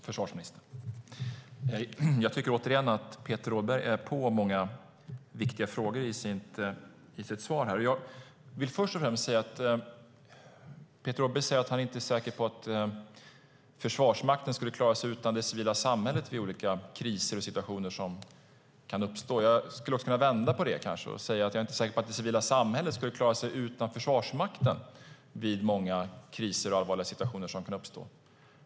Fru talman! Jag tycker återigen, försvarsministern, att Peter Rådberg är inne på många viktiga frågor i sitt svar. Peter Rådberg säger att han inte är säker på att Försvarsmakten skulle klara sig utan det civila samhället vid olika kriser och situationer som kan uppstå. Jag skulle kunna vända på det och säga att jag inte är säker på att det civila samhället skulle klara sig utan Försvarsmakten vid många kriser och allvarliga situationer som kan uppstå.